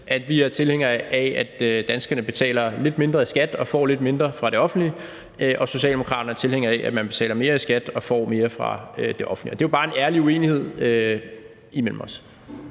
Vi er tilhængere af, at danskerne betaler lidt mindre i skat og får lidt mindre fra det offentlige, og Socialdemokraterne er tilhængere af, at man betaler mere i skat og får mere fra det offentlige. Det er jo bare en ærlig uenighed imellem os.